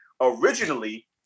Originally